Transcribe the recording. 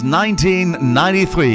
1993